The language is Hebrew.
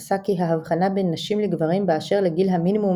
פסק כי ההבחנה בין נשים לגברים באשר לגיל המינימום